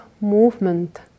movement